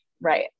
Right